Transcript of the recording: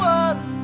one